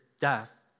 death